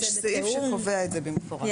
יש סעיף שקובע את זה במפורש.